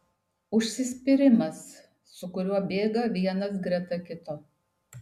užsispyrimas su kuriuo bėga vienas greta kito